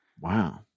Wow